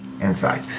Inside